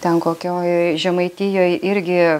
ten kokioj žemaitijoj irgi